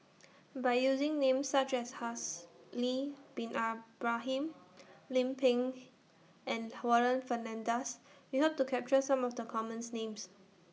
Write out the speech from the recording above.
By using Names such as Haslir Bin Ibrahim Lim Pin and Warren Fernandez We Hope to capture Some of The commons Names